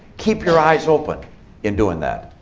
keep your eyes open in doing that.